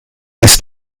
ist